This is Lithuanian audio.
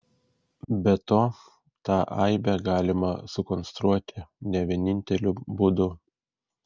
be to tą aibę galima sukonstruoti ne vieninteliu būdu